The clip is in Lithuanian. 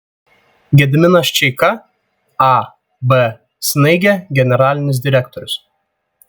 gediminas čeika ab snaigė generalinis direktorius